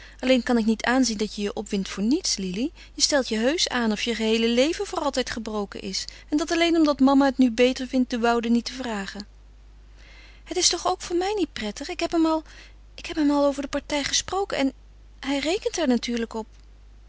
alleen kan ik niet aanzien dat je je opwindt voor niets lili je stelt je heusch aan of je geheele leven voor altijd gebroken is en dat alleen omdat mama het nu beter vindt de woude niet te vragen het is toch ook voor mij niet prettig ik heb hem al ik heb hem al over de partij gesproken en hij rekent er natuurlijk op